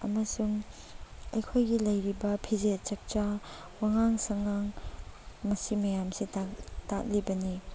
ꯑꯃꯁꯨꯡ ꯑꯩꯈꯣꯏꯒꯤ ꯂꯩꯔꯤꯕ ꯐꯤꯖꯦꯠ ꯆꯥꯛꯆꯥ ꯋꯥꯉꯥꯡ ꯁꯉꯥꯡ ꯃꯁꯤ ꯃꯌꯥꯝꯁꯦ ꯇꯥꯛꯂꯤꯕꯅꯤ